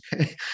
okay